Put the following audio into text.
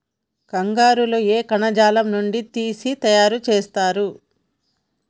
కంగారు లో ఏ కణజాలం నుండి తీసి తయారు చేస్తారు?